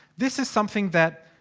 this is something that.